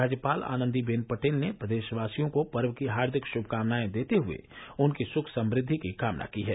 राज्यपाल आनंदीबेन पटेल ने प्रदेशवासियों को पर्व की हार्दिक शुभकामनाएं देते हुए उनकी सुख समृद्धि की कामना की है